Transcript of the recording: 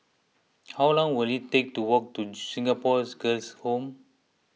how long will it take to walk to Singapore Girls' Home